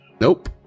Nope